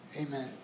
Amen